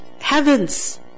heavens